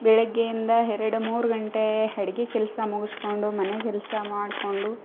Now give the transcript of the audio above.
ಬೆಳಿಗ್ಗೆಯಿಂದ ಎರಡು ಮೂರು ಗಂಟೆ ಅಡ್ಗಿ ಕೆಲಸ ಮುಗ್ಸ್ಕೊಂಡು ಮನೆ ಕೆಲಸ ಮಾಡಿಕೊಂಡು